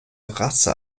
rasse